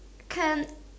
can